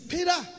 Peter